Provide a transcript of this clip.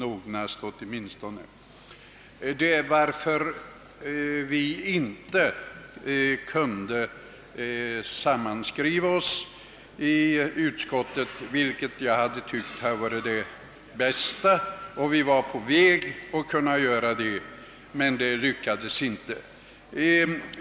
Jag har begärt ordet med anledning av att vi inte i utskottet kunde skriva samman oss till ett gemensamt utlåtande, vilket jag tycker hade varit det bästs förfaringssättet. Vi var på väg att göra det, men det lyckades inte.